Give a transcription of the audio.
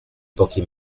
pochi